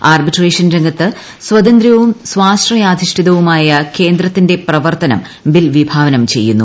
arbitration രംഗത്ത് സ്വതന്ത്ര്യവും സ്വാശ്രയാധിഷ്ഠിതവുമായ കേന്ദ്രത്തിന്റെ പ്രവർത്തനം ബിൽ വിഭാവനം ചെയ്യുന്നു